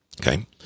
Okay